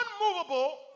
unmovable